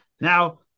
Now